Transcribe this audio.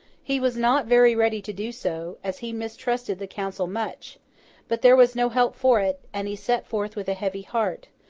he was not very ready to do so, as he mistrusted the council much but there was no help for it, and he set forth with a heavy heart,